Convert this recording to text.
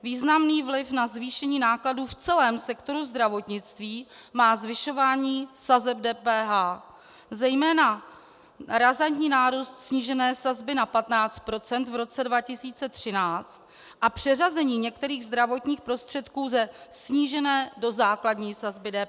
Významný vliv na zvýšení nákladů v celém sektoru zdravotnictví má zvyšování sazeb DPH, zejména razantní nárůst snížené sazby na 15 % v roce 2013 a přeřazení některých zdravotních prostředků ze snížené do základní sazby DPH.